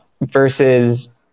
versus